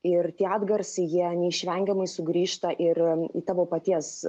ir tie atgarsiai jie neišvengiamai sugrįžta ir į tavo paties